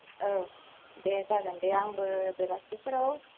औ दे जागोन दे आंबो बेलासिफोराव